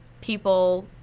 people